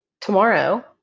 tomorrow